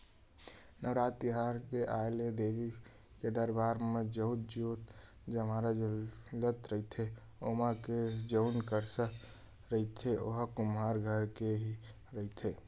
नवरात तिहार के आय ले देवी के दरबार म जउन जोंत जंवारा जलत रहिथे ओमा के जउन करसा रहिथे ओहा कुम्हार घर के ही रहिथे